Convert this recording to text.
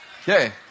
Okay